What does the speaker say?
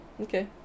okay